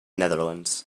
netherlands